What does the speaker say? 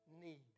need